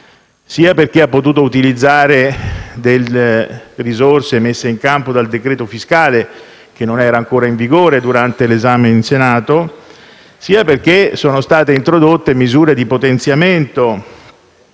sia perché ha potuto utilizzare risorse messe in campo dal decreto fiscale - che non era ancora in vigore durante l'esame in Senato - sia perché sono state introdotte misure di potenziamento